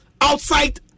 outside